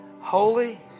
Holy